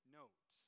note